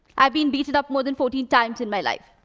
i've been beaten up more than fourteen times in my life.